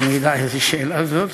מה שאתה רוצה, רק שאני אדע איזו שאלה זאת.